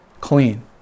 clean